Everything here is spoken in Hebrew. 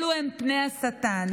אלה הם פני השטן.